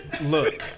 Look